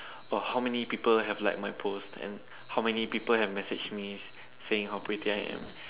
oh how many people have liked my post and how many people have messaged me saying how pretty I am